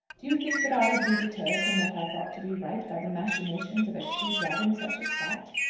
do you think that i would be deterred from what i thought to be right by the machinations of a she-dragon such as that?